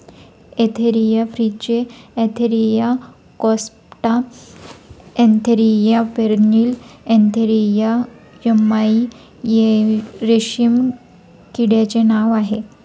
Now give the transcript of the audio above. Antheraea frithi Antheraea compta Antheraea pernyi Antheraea yamamai रेशीम किड्याचे नाव आहे